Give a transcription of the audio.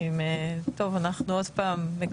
עוד פעם, אנחנו